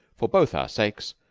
for both our sakes,